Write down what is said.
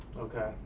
okay.